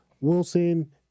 Wilson